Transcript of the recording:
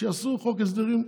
שיעשו חוק הסדרים,